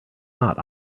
not